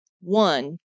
one